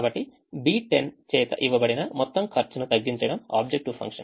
కాబట్టి B10 చేత ఇవ్వబడిన మొత్తం ఖర్చును తగ్గించడం ఆబ్జెక్టివ్ ఫంక్షన్